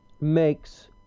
makes